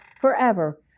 forever